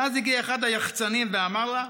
ואז הגיע אחד היחצנים ואמר לה: